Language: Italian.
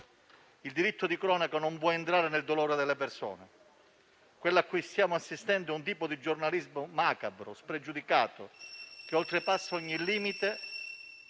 Il diritto di cronaca non può entrare nel dolore delle persone. Quello a cui stiamo assistendo è un tipo di giornalismo macabro e spregiudicato, che oltrepassa ogni limite